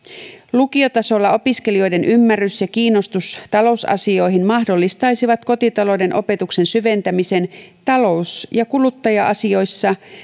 lukiotasolla opiskelijoiden ymmärrys ja kiinnostus talousasioihin mahdollistaisivat kotitalouden opetuksen syventämisen talous ja kuluttaja asioissa